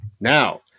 Now